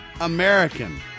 American